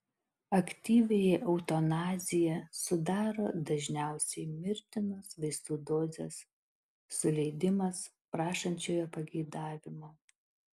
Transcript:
aktyviąją eutanaziją sudaro dažniausiai mirtinos vaistų dozės suleidimas prašančiojo pageidavimu